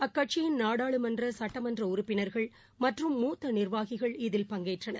அக்கட்கட்சியின் நாடாளுமன்றசட்டமன்றஉறுப்பினர்கள் மற்றும் மூத்தநிர்வாகிகள் இதில் பங்கேற்றனர்